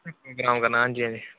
system कम्म करना हांजी हांजी